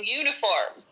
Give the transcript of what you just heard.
uniform